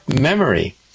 memory